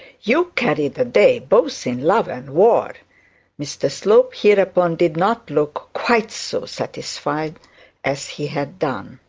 you carry the day both in love and war mr slope hereupon did not look quite so satisfied as he had done.